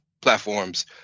platforms